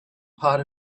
part